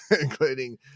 including